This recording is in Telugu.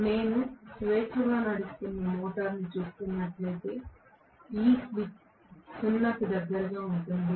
నేను స్వేచ్ఛగా నడుస్తున్న మోటారును చూస్తున్నట్లయితే ఈ స్లిప్ 0 కి దగ్గరగా ఉంటుంది